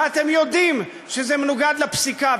ואתם יודעים שזה מנוגד לפסיקה.